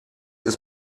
ist